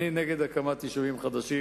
אני נגד הקמת יישובים חדשים,